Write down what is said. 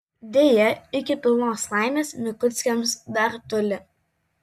deja iki pilnos laimės mikuckiams dar toli